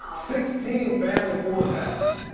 sixteen family four packs.